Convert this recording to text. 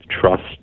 trust